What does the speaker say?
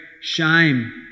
shame